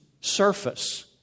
surface